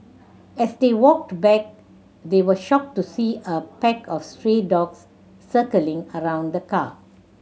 as they walked back they were shocked to see a pack of stray dogs circling around the car